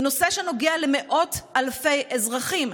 זה נושא שנוגע למאות אלפי אזרחים.